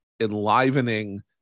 enlivening